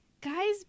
guys